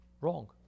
wrong